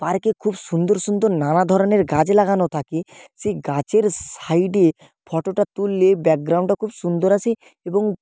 পার্কে খুব সুন্দর সুন্দর নানা ধরনের গাছ লাগানো থাকে সেই গাছের সাইডে ফটোটা তুললে ব্যাকগ্রাউণ্ডটা খুব সুন্দর আসে এবং